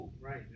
right